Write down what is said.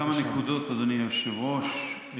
כמה נקודות, אדוני היושב-ראש.